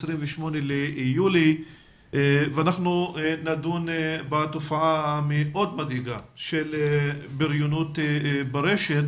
28 ביולי 2020. אנחנו נדון בתופעה מאוד מדאיגה של בריונות ברשת